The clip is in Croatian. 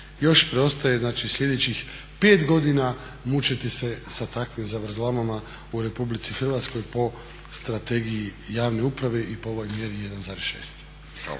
još preostaje, znači sljedećih pet godina mučiti se sa takvim zavrzlamama u Republici Hrvatskoj po Strategiji javne uprave i po ovoj mjeri 1.6.